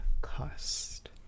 cost